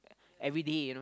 everyday you know